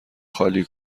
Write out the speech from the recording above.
خالی